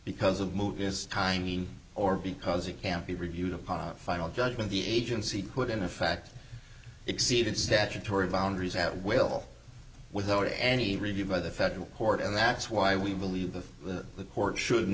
because of moot is timing or because it can't be reviewed upon final judgment the agency put in effect exceeded statutory boundaries at will without any review by the federal court and that's why we believe that the court should